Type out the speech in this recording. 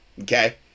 Okay